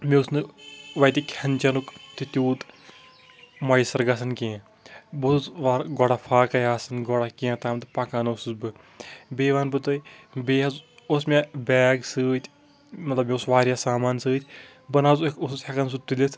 مےٚ اوس نہٕ وَتہِ کھٮ۪ن چیٚنُک تِہ تیوٗت میسَر گَژَھان کینٛہہ بہٕ اوسُس وارٕ گڑا پھاکَے آسان گڑا کینٛہہ تام تہٕ پَکان اوسُس بہٕ بیٚیِہ وَنہٕ بہٕ تۄہہِ بیٚیہِ حظ اوس مےٚ بیگ سۭتۍ مَطلَب یہِ اوس واریاہ سامان سۭتۍ بہٕ نہ حظ اوسُس ہیٚکان سُہ تُلِتھ